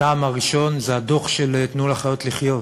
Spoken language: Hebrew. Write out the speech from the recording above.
הטעם הראשון, הדוח של "תנו לחיות לחיות":